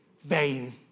vain